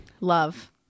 Love